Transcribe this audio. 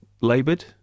laboured